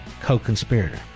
co-conspirator